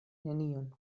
nenion